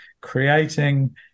creating